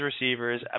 receivers